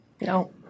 no